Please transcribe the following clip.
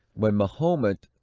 when mahomet,